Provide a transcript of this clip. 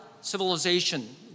civilization